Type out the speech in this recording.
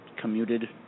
commuted